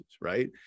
right